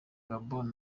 gabon